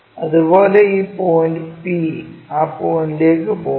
അതുപോലെ ഈ point p ആ പോയിൻറ്ലേക്ക് പോകുന്നു